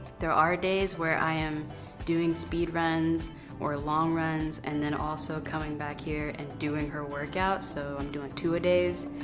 there are days where i am doing speed runs or long runs, and then also coming back here and doing her workout. so, i'm doing two-a-days.